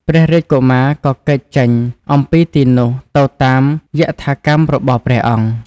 ព្រះរាជកុមារក៏គេចចេញអំពីទីនោះទៅតាមយថាកម្មរបស់ព្រះអង្គ។